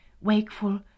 wakeful